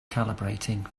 calibrating